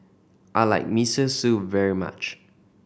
I like Miso Soup very much